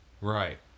Right